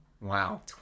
Wow